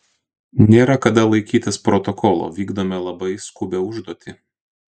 nėra kada laikytis protokolo vykdome labai skubią užduotį